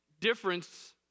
difference